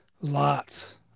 lots